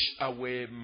away